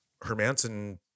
Hermanson